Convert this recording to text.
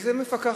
איזה מפקחת,